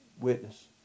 witness